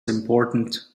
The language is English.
important